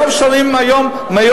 היום משלמים מאות,